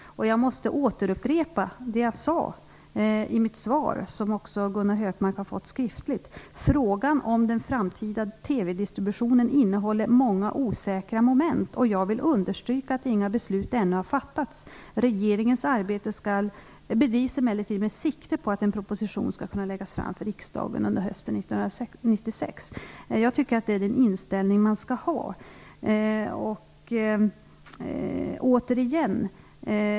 Jag återupprepar det jag sade i mitt svar, som Gunnar Hökmark också har fått skriftligt: Frågan om den framtida TV-distributionen innehåller många osäkra moment. Jag vill understryka att inga beslut ännu har fattats. Regeringens arbete bedrivs emellertid med sikte på att en proposition skall kunna läggas fram för riksdagen under hösten 1996. Jag tycker att det är den inställning man skall ha.